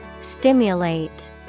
Stimulate